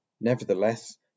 Nevertheless